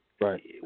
Right